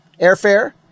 airfare